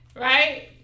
right